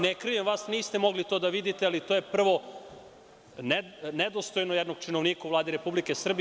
Ne krivim vas, jer to niste mogli da vidite, ali to je prvo nedostojno jednog činovnika u Vladi Republike Srbije.